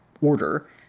order